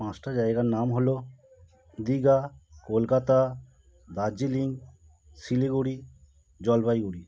পাঁচটা জায়গায় নাম হলো দীঘা কলকাতা দার্জিলিং শিলিগুড়ি জলপাইগুড়ি